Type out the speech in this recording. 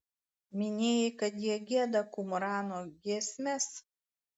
minėjai kad jie gieda kumrano giesmes